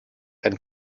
ein